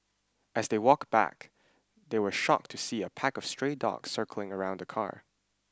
as they walk back they were shocked to see a pack of stray dogs circling around the car